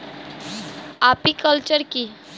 Apiculture কি?